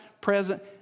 present